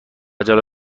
جالب